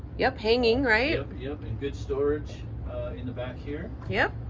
yep, hanging right? yep, yep. and good storage in the back here. yep.